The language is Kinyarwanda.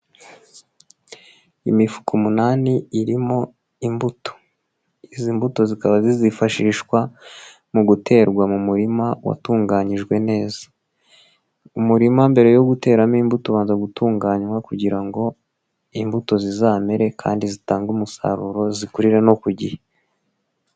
Imifuka umunani irimo imbuto. Izi mbuto zikaba zizifashishwa mu guterwa mu murima watunganyijwe neza. Umurima mbere yo guteramo imbuto ubanza gutunganywa kugira ngo imbuto zizamere kandi zitange umusaruro zikurira no ku gihe.